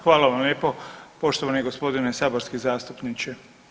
Hvala vam lijepo poštovani gospodine saborski zastupniče.